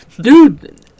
Dude